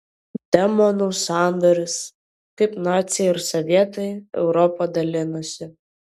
demonų sandoris kaip naciai ir sovietai europą dalinosi